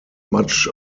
much